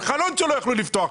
על חלון שלא יכלו לפתוח.